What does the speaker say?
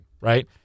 right